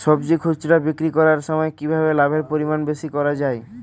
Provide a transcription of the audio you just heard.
সবজি খুচরা বিক্রি করার সময় কিভাবে লাভের পরিমাণ বেশি করা যায়?